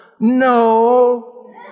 No